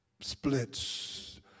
splits